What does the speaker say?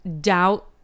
doubt